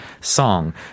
song